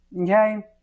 Okay